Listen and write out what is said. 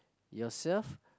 yourself